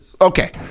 Okay